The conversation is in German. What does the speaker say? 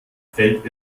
fällt